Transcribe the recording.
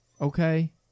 okay